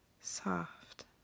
soft